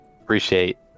Appreciate